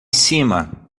cima